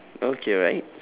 okay right